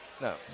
No